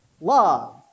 love